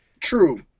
True